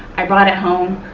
i brought it home,